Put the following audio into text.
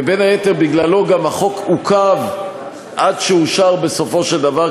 ובין היתר בגללו גם החוק עוכב עד שאושר בסופו של דבר,